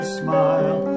smile